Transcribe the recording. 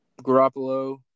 Garoppolo